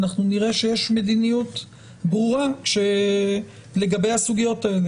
אנחנו נראה שיש מדיניות ברורה לגבי הסוגיות האלה,